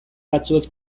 batzuek